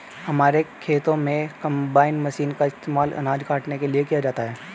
हमारे खेतों में कंबाइन मशीन का इस्तेमाल अनाज काटने के लिए किया जाता है